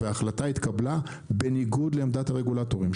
וההחלטה התקבלה בניגוד לעמדת הרגולטורים.